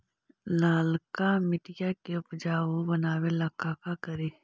लालका मिट्टियां के उपजाऊ बनावे ला का करी?